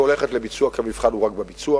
שהולכת לביצוע, כי המבחן הוא רק בביצוע,